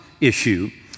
issue